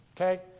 Okay